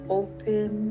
open